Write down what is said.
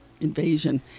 invasion